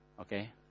Okay